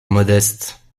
modeste